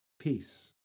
Peace